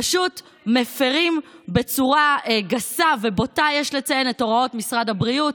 פשוט מפירים בצורה גסה ובוטה את הוראות משרד הבריאות.